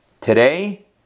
Today